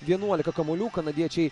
vienuolika kamuolių kanadiečiai